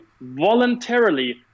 voluntarily